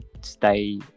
stay